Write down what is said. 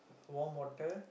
warm water